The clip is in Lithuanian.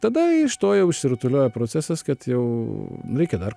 tada iš to jau išsirutuliojo procesas kad jau nu reikia dar